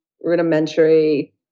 rudimentary